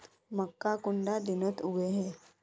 मक्का कुंडा दिनोत उगैहे?